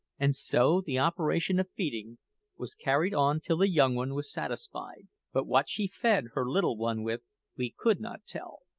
and so the operation of feeding was carried on till the young one was satisfied but what she fed her little one with we could not tell.